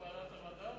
ועדת המדע?